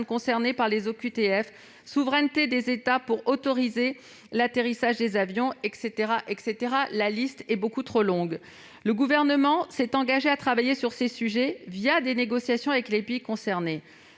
concernées par les OQTF, souveraineté des États en matière d'autorisation d'atterrissage des avions, etc.- la liste est beaucoup trop longue. Le Gouvernement s'est engagé à travailler sur ces sujets des négociations avec les pays concernés.